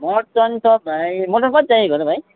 mutton त भाइ mutton कति चाहिएको हो त भाइ